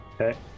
Okay